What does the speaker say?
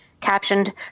captioned